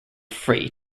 free